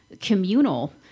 communal